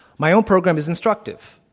my own program is instructive.